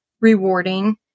rewarding